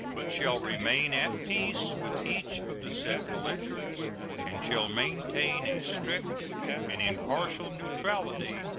but shall remain at peace with each of the said belligerents and shall maintain a strict and impartial neutrality,